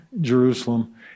Jerusalem